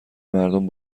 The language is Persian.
مردم